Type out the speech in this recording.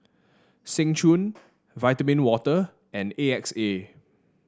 Seng Choon Vitamin Water and A X A